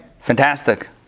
Fantastic